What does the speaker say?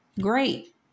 great